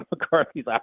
McCarthy's